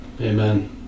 Amen